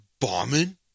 bombing